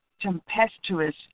tempestuous